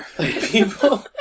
people